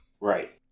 Right